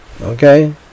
Okay